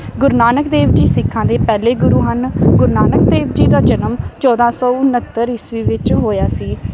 ਗੁਰੂ ਨਾਨਕ ਦੇਵ ਜੀ ਸਿੱਖਾਂ ਦੇ ਪਹਿਲੇ ਗੁਰੂ ਹਨ ਗੁਰੂ ਨਾਨਕ ਦੇਵ ਜੀ ਦਾ ਜਨਮ ਚੌਂਦਾਂ ਸੌ ਉਣਹੱਤਰ ਈਸਵੀ ਵਿੱਚ ਹੋਇਆ ਸੀ